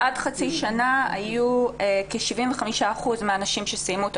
עד חצי שנה היו כ-75 אחוזים מהנשים שסיימו את